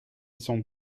sont